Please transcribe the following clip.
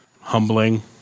humbling